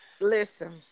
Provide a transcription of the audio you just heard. listen